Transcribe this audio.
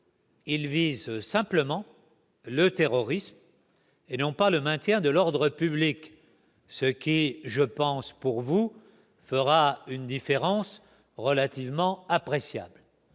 Il vise simplement le terrorisme et non pas le maintien de l'ordre public, ce qui je pense pour vous fera une différence relativement appréciable,